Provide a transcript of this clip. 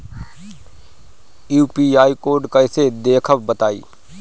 UPI code कैसे देखब बताई?